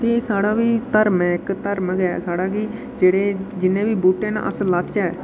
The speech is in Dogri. ते साढ़ा बी धर्म ऐ इक धर्म गै साढ़ा कि जेह्ड़े जिन्ने बी बूह्टे अस लाचै